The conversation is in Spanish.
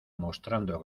mostrando